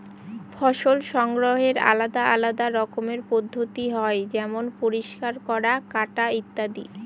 ফসল সংগ্রহের আলাদা আলদা রকমের পদ্ধতি হয় যেমন পরিষ্কার করা, কাটা ইত্যাদি